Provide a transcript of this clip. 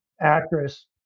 actress